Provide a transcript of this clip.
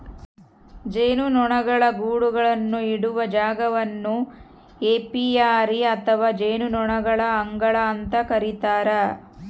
ಜೇನುನೊಣಗಳ ಗೂಡುಗಳನ್ನು ಇಡುವ ಜಾಗವನ್ನು ಏಪಿಯರಿ ಅಥವಾ ಜೇನುನೊಣಗಳ ಅಂಗಳ ಅಂತ ಕರೀತಾರ